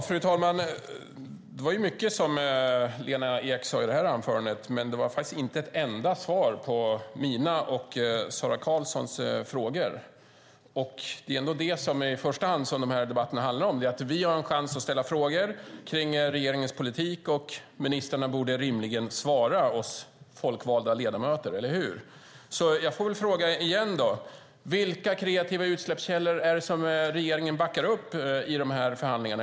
Fru talman! Det var mycket som Lena Ek sade i det här anförandet, men det var faktiskt inte ett enda svar på mina och Sara Karlssons frågor. I första hand ska de här debatterna ge oss folkvalda ledamöter en chans att ställa frågor om regeringens politik, och ministrarna borde rimligen svara oss, eller hur? Jag får väl därför fråga igen: Vilka kreativa utsläppskällor är det som regeringen backar upp i de här förhandlingarna?